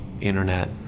internet